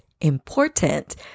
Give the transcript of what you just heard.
important